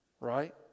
Right